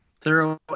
thorough